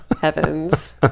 heavens